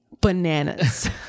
bananas